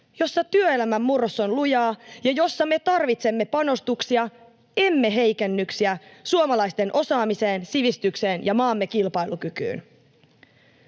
jossa työelämän murros on lujaa ja jossa me tarvitsemme panostuksia, emme heikennyksiä, suomalaisten osaamiseen, sivistykseen ja maamme kilpailukykyyn.